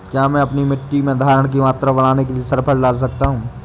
क्या मैं अपनी मिट्टी में धारण की मात्रा बढ़ाने के लिए सल्फर डाल सकता हूँ?